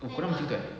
oh korang macam gitu eh